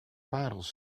parels